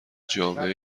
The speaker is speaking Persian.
جامعه